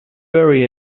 bury